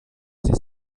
sich